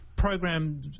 program